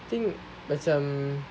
think macam